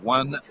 one